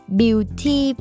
beauty